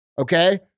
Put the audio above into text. Okay